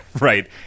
right